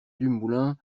dumoulin